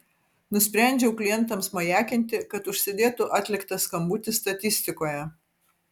nusprendžiau klientams majakinti kad užsidėtų atliktas skambutis statistikoje